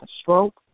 stroke